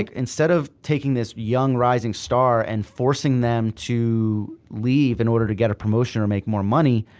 like instead of taking this young, rising star and forcing them to leave in order to get a promotion or make more money,